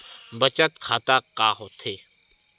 बचत खाता का होथे?